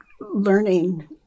learning